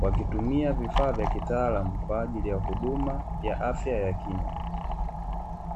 wakitumia vifaa vya kitaalamu kwajili yahuduma ya kiafya.